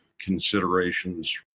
considerations